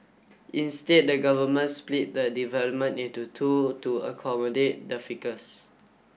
instead the government split the development in to two to accommodate the ficus